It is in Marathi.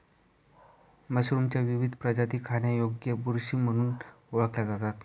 मशरूमच्या विविध प्रजाती खाण्यायोग्य बुरशी म्हणून ओळखल्या जातात